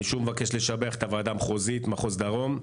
אני שוב מבקש לשבח את הוועדה המחוזית, מחוז דרום.